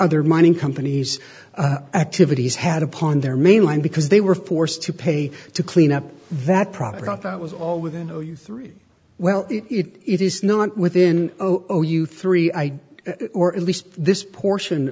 other mining companies activities had upon their main line because they were forced to pay to clean up that product off it was all within three well it is not within otoh you three i or at least this portion